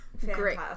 Great